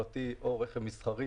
מסחרי,